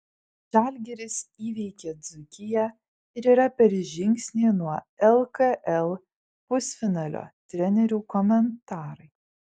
žalgiris įveikė dzūkiją ir yra per žingsnį nuo lkl pusfinalio trenerių komentarai